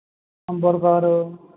Ambarsar